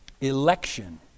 Election